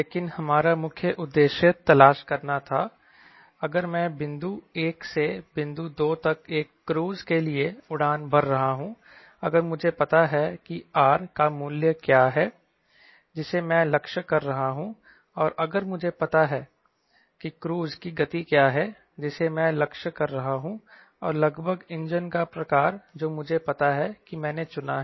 लेकिन हमारा मुख्य उद्देश्य तलाश करना था अगर मैं बिंदु एक से बिंदु दो तक एक क्रूज़ के लिए उड़ान भर रहा हूं अगर मुझे पता है कि R का मूल्य क्या है जिसे मैं लक्ष्य कर रहा हूं और अगर मुझे पता है कि क्रूज़ की गति क्या है जिसे मैं लक्ष्य कर रहा हूं और लगभग इंजन का प्रकार जो मुझे पता है कि मैंने चुना है